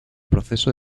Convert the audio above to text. proceso